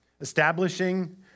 Establishing